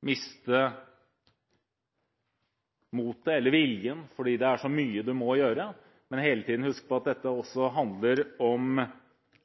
miste motet eller viljen fordi det er så mye man må gjøre, men hele tiden huske på at dette også handler om